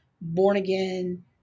born-again